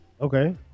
Okay